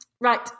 Right